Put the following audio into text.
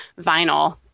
vinyl